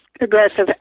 aggressive